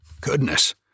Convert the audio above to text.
Goodness